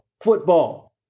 football